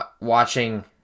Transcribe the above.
watching